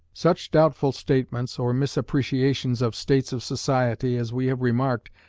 such doubtful statements, or misappreciations of states of society, as we have remarked,